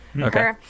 Okay